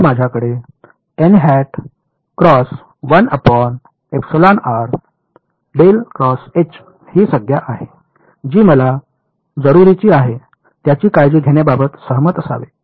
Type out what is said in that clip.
तर माझ्याकडे ही संज्ञा आहे जी मला जरुरीची आहे त्याची काळजी घेण्याबाबत सहमत असावे